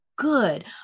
Good